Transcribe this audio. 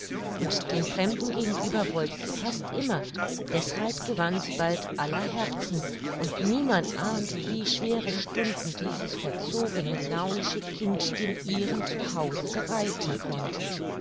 und den fremden gegenüber wollte sie fast immer deshalb gewann sie bald aller herzen und niemand ahnte wie schwere stunden dieses verzogene launische kind den ihren zu hause bereiten konnte